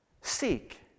seek